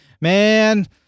Man